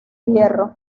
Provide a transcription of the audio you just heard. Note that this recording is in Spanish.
hierro